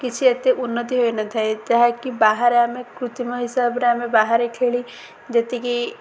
କିଛି ଏତେ ଉନ୍ନତି ହୋଇନଥାଏ ଯାହାକି ବାହାରେ ଆମେ କୃତିମ ହିସାବରେ ଆମେ ବାହାରେ ଖେଳି ଯେତିକି